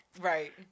Right